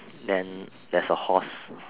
then there's a horse